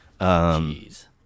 Jeez